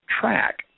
track